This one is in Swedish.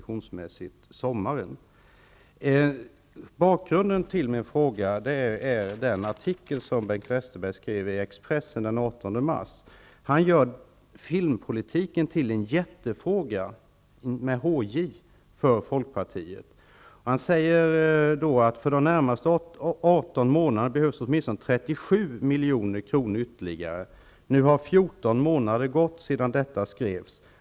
I Bakgrunden till min fråga är den artikel som Bengt Westerberg skrev i Expressen den 18 mars. Han gör filmpolitiken till en jättefråga för Folkpartiet. Han säger att för de närmaste 18 månaderna behövs åtminstone ytterligare 37 milj.kr. Nu har 14 månader gått sedan detta skrevs.